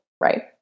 right